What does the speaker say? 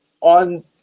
on